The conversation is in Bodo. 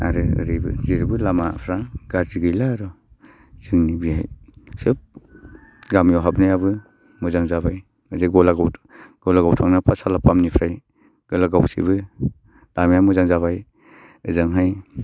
आरो ओरैबो जेरैबो लामाफ्रा गाज्रि गैला आर' जोंनि बेहाय सोब गामियाव हाबनायाबो मोजां जाबाय ओजों गलागाव गलागाव थांनाया पाठसालानिफ्राय गलागावसिमबो लामाया मोजां जाबाय ओजोंहाय